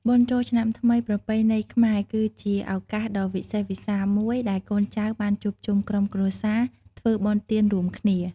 បុណ្យចូលឆ្នាំថ្មីប្រពៃណីជាតិខ្មែរ គឺជាឱកាសដ៏វិសេសវិសាលមួយដែលកូនចៅបានជួបជុំក្រុមគ្រួសារ ធ្វើបុណ្យទានរួមគ្នា។